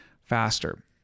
faster